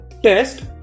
Test